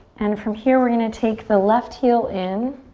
and from here we're going to take the left heel in